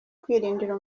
kwirindira